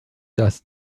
dass